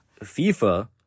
fifa